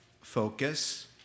focus